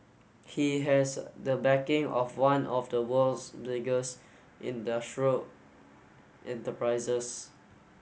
he has the backing of one of the world's biggest industrial enterprises